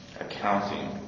accounting